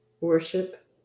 worship